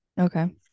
Okay